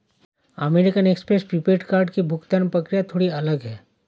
American Express prepaid card की भुगतान प्रक्रिया थोड़ी अलग है